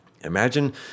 Imagine